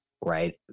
right